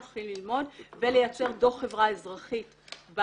נתחיל ללמוד ולייצר דוח החברה האזרחית בנושא.